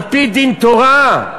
על-פי דין תורה,